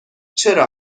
چرا